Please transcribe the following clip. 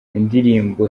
indirimbo